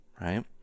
right